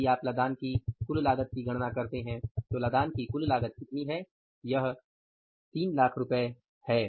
यदि आप लदान की कुल लागत की गणना करते हैं तो लदान की कुल लागत कितनी है यह 300000 है